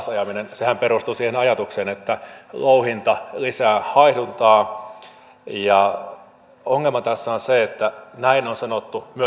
sehän perustuu siihen ajatukseen että louhinta lisää haihduntaa ja ongelma tässä on se että näin on sanottu myös aikaisemmin